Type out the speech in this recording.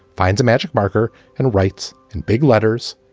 finds a magic marker and writes in big letters.